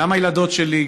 וגם הילדות שלי,